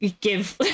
give